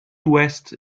ouest